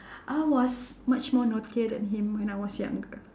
I was much more naughtier than him when I was younger